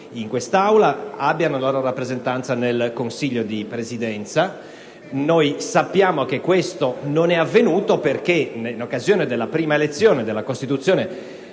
in quest'Aula abbiano una loro rappresentanza in seno al Consiglio di Presidenza. Come sappiamo, ciò non è potuto avvenire perché in occasione della prima elezione, della costituzione